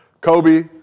Kobe